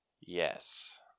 Yes